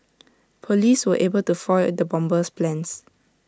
Police were able to foil the bomber's plans